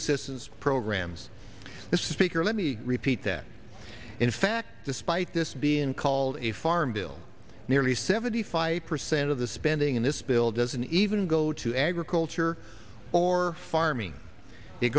assistance programs this is speaker let me repeat that in fact despite this being called a farm bill nearly seventy five percent of the spending in this bill doesn't even go to agriculture or farming it